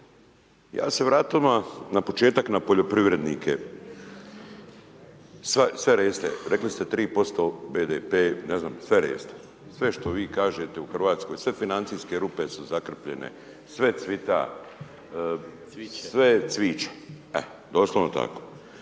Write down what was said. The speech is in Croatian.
razumije./… na početak na poljoprivrednike, rekli ste 3% BDP, ne znam …/Govornik se ne razumije./… sve što vi kažete u Hrvatskoj, sve financijske rupe su zakrpljene, sve cvita, sve cviće, doslovno tako.